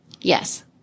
Yes